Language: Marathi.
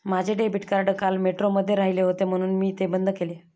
माझे डेबिट कार्ड काल मेट्रोमध्ये राहिले होते म्हणून मी ते बंद केले